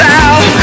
out